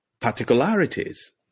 particularities